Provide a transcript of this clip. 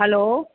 hello